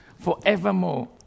forevermore